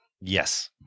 Yes